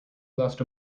lost